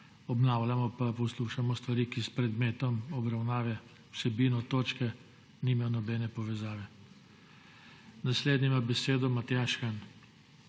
obnavljamo in poslušamo stvari, ki s predmetom obravnave, vsebino točke nimajo nobene povezave. Naslednji ima besedo Matjaž Han.